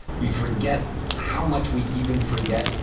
we forget how much we even forget,